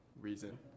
reason